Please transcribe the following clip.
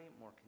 more